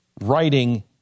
writing